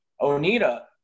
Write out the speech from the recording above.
Onita